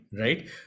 right